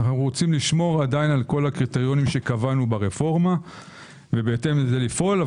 אנו רוצים לשמור על כל הקריטריונים שקבענו ברפורמה ובהתאם לכך לפעול,